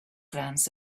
glance